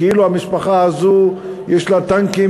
כאילו למשפחה הזאת יש טנקים